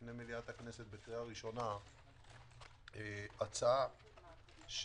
ובפני מליאת הכנסת בקריאה ראשונה הצעה שמבחינתנו,